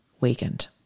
weakened